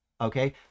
Okay